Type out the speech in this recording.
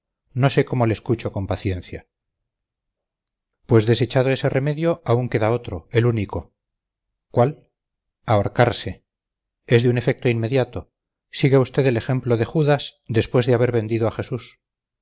no sé cómo le escucho con paciencia pues desechado ese remedio aún queda otro el único cuál ahorcarse es de un efecto inmediato siga usted el ejemplo de judas después de haber vendido a jesús